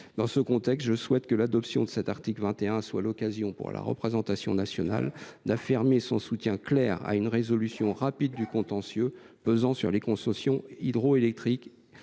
Dans ce contexte, je souhaite que l’adoption de cet article 21 soit l’occasion, pour la représentation nationale, d’affirmer son soutien clair à une résolution rapide du contentieux pesant sur les concessions hydroélectriques.